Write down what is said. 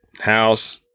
house